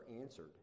answered